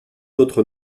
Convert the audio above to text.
votre